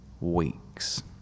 weeks